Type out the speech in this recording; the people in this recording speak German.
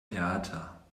theater